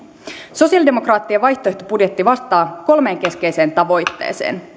sosialidemokraattien vaihtoehtobudjetti vastaa kolmeen keskeiseen tavoitteeseen